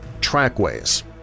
trackways